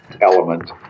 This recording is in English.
element